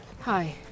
Hi